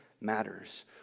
matters